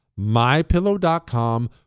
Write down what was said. MyPillow.com